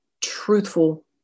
truthful